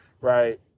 right